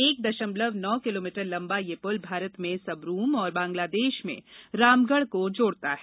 एक दशमलव नौ किलोमीटर लम्बा यह पुल भारत में सबरूम और बंगलादेश में रामगढ़ को जोड़ता है